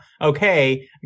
okay